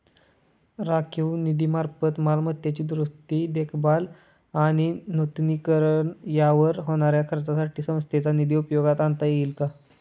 राखीव निधीमार्फत मालमत्तेची दुरुस्ती, देखभाल आणि नूतनीकरण यावर होणाऱ्या खर्चासाठी संस्थेचा निधी उपयोगात आणता येईल का?